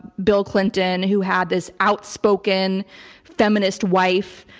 bill clinton, who had this outspoken feminist wife.